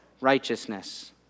Righteousness